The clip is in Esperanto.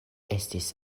estis